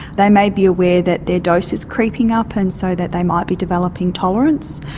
they may be aware that their dose is creeping up and so that they might be developing tolerance,